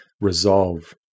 resolve